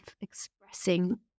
expressing